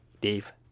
Dave